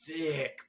thick